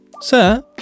Sir